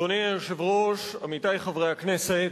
אדוני היושב-ראש, עמיתי חברי הכנסת,